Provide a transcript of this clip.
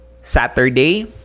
Saturday